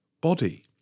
body